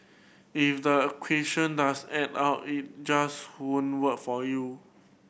if the equation does add up if just won't work for you